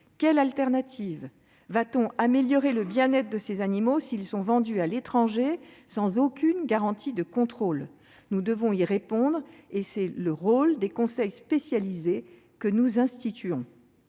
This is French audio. quelle alternative ? Va-t-on améliorer le bien-être de ces animaux s'ils sont vendus à l'étranger sans aucune garantie de contrôle ? Nous devons y répondre. C'est le rôle des conseils spécialisés que nous instituons.